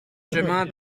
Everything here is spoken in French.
chemin